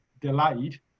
delayed